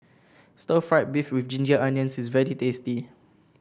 Stir Fried Beef with Ginger Onions is very tasty